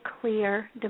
clear